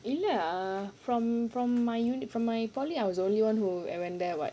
இல்ல:illa fro~ from my university from my polytechnic I was the only one who I went there [what]